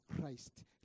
Christ